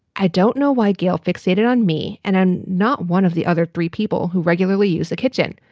i don't know why gail fixated on me, and i'm not one of the other three people who regularly use the kitchen.